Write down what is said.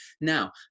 now